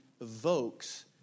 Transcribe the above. evokes